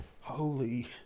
Holy